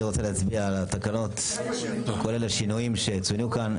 אני רוצה להצביע על התקנות כולל השינויים שציוונו פה.